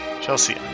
Chelsea